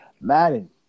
Madden